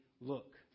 look